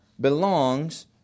belongs